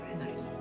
Nice